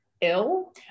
ill